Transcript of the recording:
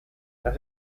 tras